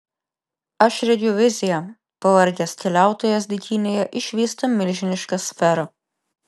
aš regiu viziją pavargęs keliautojas dykynėje išvysta milžinišką sferą